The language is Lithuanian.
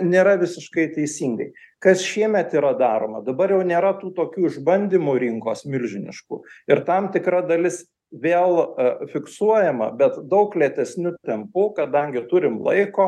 nėra visiškai teisingai kas šiemet yra daroma dabar jau nėra tų tokių išbandymų rinkos milžiniškų ir tam tikra dalis vėl fiksuojama bet daug lėtesniu tempu kadangi turim laiko